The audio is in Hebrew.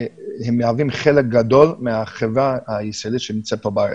הם מהווים חלק גדול מהחברה הישראלית שנמצאת פה בארץ.